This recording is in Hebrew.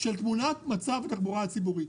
של תמונת מצב התחבורה הציבורית.